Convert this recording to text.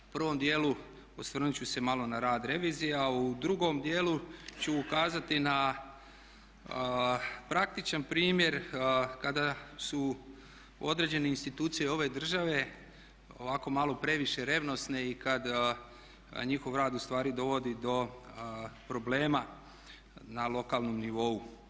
U prvom dijelu osvrnuti ću se malo na rad revizija a u drugom dijelu ću ukazati na praktičan primjer kada su određene institucije ove države, ovako malo previše revnosne i kada njihov rad ustvari dovodi do problema na lokalnom nivou.